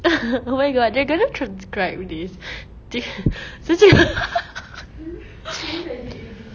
oh my god they're gonna transcribe this t~